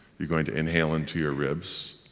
you're going to inhale into your ribs,